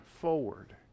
forward